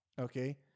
okay